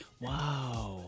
Wow